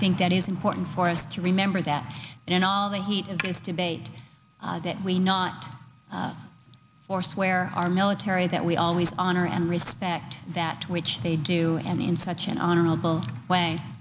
think that is important for us to remember that in all the heat of this debate that we not forswear our military that we always honor and respect that which they do and in such an honorable way